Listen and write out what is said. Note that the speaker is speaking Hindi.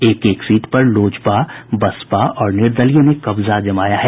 एक एक सीट पर लोजपा बसपा और निर्दलीय ने कब्जा जमाया है